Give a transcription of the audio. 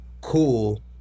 cool